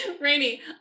Rainy